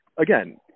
Again